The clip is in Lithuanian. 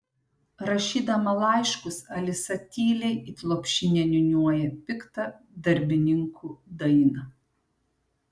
rašydama laiškus alisa tyliai it lopšinę niūniuoja piktą darbininkų dainą